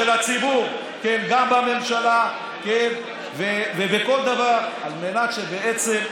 הציבור בממשלה ובכל דבר על מנת שבעצם,